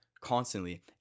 constantly